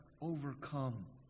overcome